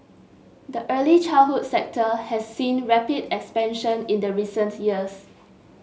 the early childhood sector has seen rapid expansion in the recent years